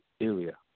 area